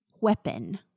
weapon